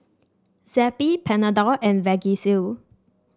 Zappy Panadol and Vagisil